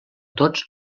tots